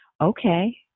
okay